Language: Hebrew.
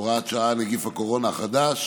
(הוראת שעה, נגיף הקורונה החדש)